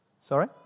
Sorry